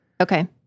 Okay